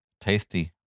Tasty